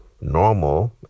normal